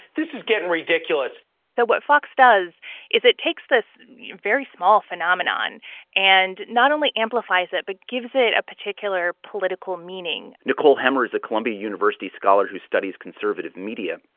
this is getting ridiculous so what fox does is it takes this very small phenomenon and not only amplifies it but gives it a particular political meaning nicole hemmer is a columbia university scholar who studies conservative media.